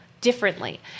differently